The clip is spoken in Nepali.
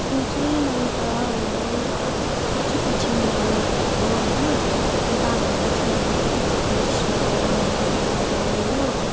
म चाहिँ नमिका हो र म चाहिँ पश्चिम बङ्गालबाट हो हैन अनि त हाम्रो पश्चिम बङ्गालको चाहिँ चिफ मिनिस्टर हो ममता ब्यानर्जी हो